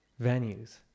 venues